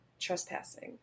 trespassing